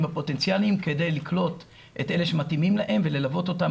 הפוטנציאלים כדי לקלוט את אלה שמתאימים להם וללוות אותם